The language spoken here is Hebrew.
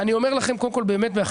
אני אומר לכם קודם כל באחריות,